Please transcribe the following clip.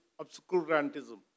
obscurantism